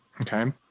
okay